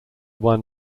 won